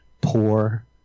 poor